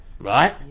Right